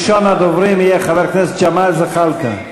ראשון הדוברים יהיה חבר הכנסת ג'מאל זחאלקה,